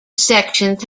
sections